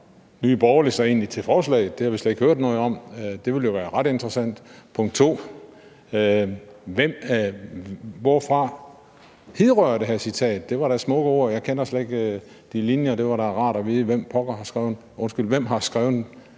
Nye Borgerlige sig egentlig til forslaget? Det har vi slet ikke hørt noget om – det vil jo være ret interessant. Punkt 2: Hvorfra hidrører det her citat? Det var da smukke ord. Jeg kender slet ikke de linjer – det ville da være rart at vide, hvem der har skrevet disse